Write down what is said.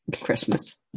Christmas